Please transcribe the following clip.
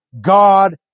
God